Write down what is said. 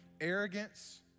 arrogance